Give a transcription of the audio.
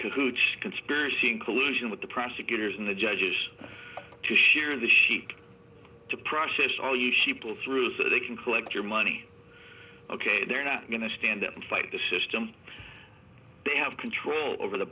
kook conspiracy in collusion with the prosecutors and the judges to shear the sheikh to process all you people through so they can collect your money ok they're not going to stand up and fight the system they have control over the